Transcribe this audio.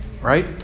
Right